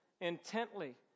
intently